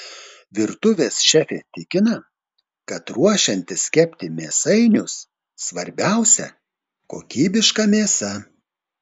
virtuvės šefė tikina kad ruošiantis kepti mėsainius svarbiausia kokybiška mėsa